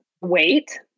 wait